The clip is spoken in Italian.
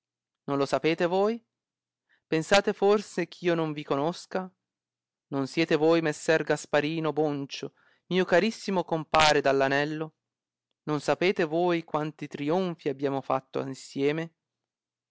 non lo sapete voi pensate forse eh io non vi conosca non siete voi messer gasparino boncio mio carissimo compare dall anello non sapete voi quanti trionfi abbiamo fatti insieme